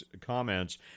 comments